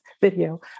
video